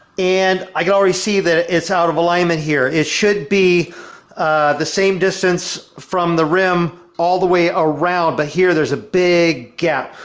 and i can already see it's out of alignment here. it should be the same distance from the rim all the way around but here, there's a big gap.